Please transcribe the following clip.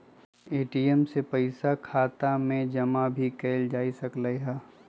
ATM से पइसा खाता में जमा भी कएल जा सकलई ह